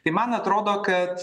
tai man atrodo kad